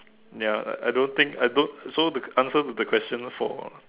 ya I I don't think I don't so the answer to the question for